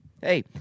hey